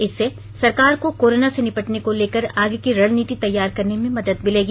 इससे सरकार को कोरोना से निपटने को लेकर आगे की रणनीति तैयार करने में मदद मिलेगी